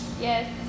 Yes